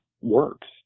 works